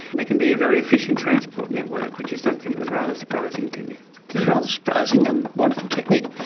they can be a very efficient transport network, which is something that was rather surprising to me. it is rather surprising, and a wonderful technique.